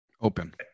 open